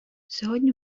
сьогодні